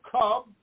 come